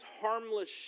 harmless